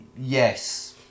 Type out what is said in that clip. yes